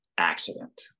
accident